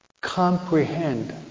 comprehend